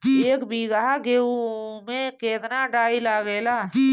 एक बीगहा गेहूं में केतना डाई लागेला?